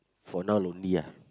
for now lonely ah